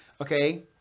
Okay